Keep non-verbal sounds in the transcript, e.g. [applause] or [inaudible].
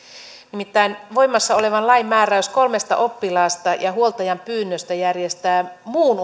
nimittäin voimassa olevan lain määräys kolmesta oppilaasta ja huoltajan pyynnöstä järjestää muun [unintelligible]